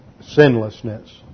sinlessness